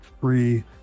free